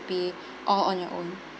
be all on your own